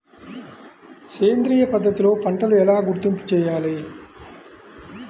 సేంద్రియ పద్ధతిలో పంటలు ఎలా గుర్తింపు చేయాలి?